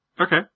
Okay